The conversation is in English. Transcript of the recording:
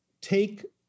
take